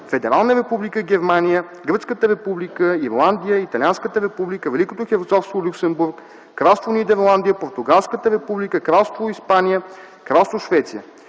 Федерална република Германия, Гръцката република, Ирландия, Италианската република, Великото херцогство Люксембург, Кралство Нидерландия, Португалската република, Кралство Испания, Кралство Швеция,